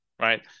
Right